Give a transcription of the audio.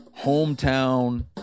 hometown